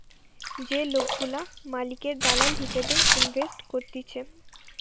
যে লোকগুলা মালিকের দালাল হিসেবে ইনভেস্ট করতিছে